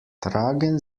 tragen